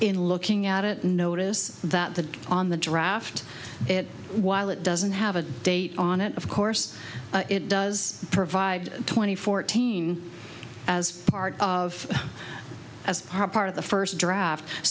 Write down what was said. in looking at it notice that the on the draft it while it doesn't have a date on it of course it does provide twenty fourteen as part of as part of the first draft